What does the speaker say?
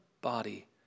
body